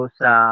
sa